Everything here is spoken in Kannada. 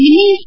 ನಿನ್ನೆಯಷ್ಟ